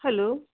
hello